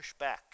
pushback